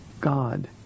God